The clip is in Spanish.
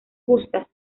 gusta